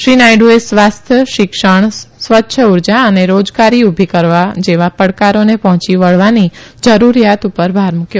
શ્રી નાયડુએ સ્વાસ્થ્ય શિક્ષણ સ્વય્છ ઉર્જા અને રોજગારી ઉભી કરવા જેવા પશ્કારોને પહોંચી વળવાની જરૂરીયાત ઉપર ભાર મુકયો